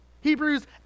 Hebrews